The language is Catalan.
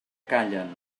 callen